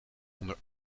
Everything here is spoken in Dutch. onder